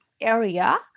area